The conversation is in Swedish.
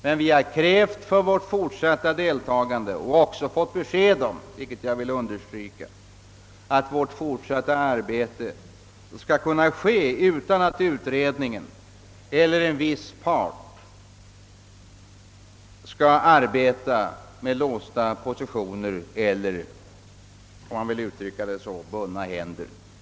Men vi har för vårt fortsatta deltagande krävt och också fått besked om — det vill jag understryka — att verksamheten skall kunna bedrivas utan att utredningen eller en viss part arbetar i låsta positioner eller, om man så vill uttrycka saken, med bundna händer.